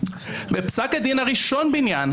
בפסק הדין בראשון בעניין,